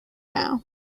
now